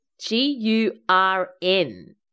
G-U-R-N